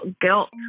guilt